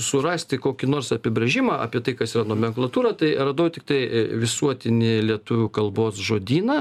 surasti kokį nors apibrėžimą apie tai kas yra nomenklatūra tai radau tiktai visuotinį lietuvių kalbos žodyną